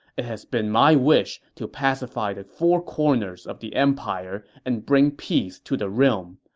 it has been my wish to pacify the four corners of the empire and bring peace to the realm.